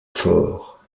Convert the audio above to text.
fort